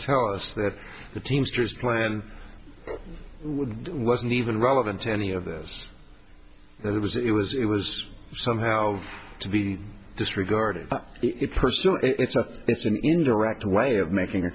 tell us that the teamsters plan wasn't even relevant to any of this that it was it was it was somehow to be disregarded it personal it's a it's an indirect way of making a